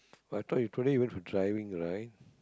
but I thought you today you went for driving right